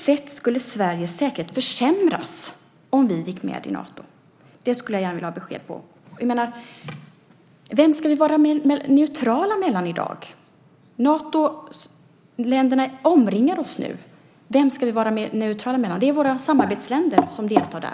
På vilket sätt skulle Sveriges säkerhet försämras om vi gick med i Nato? Det skulle jag gärna vilja ha ett besked om. Vem ska vi vara neutrala mot i dag? Natoländerna omringar oss nu. Det är våra samarbetsländer som deltar där.